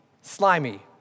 slimy